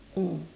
mm